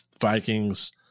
Vikings